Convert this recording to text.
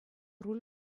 руль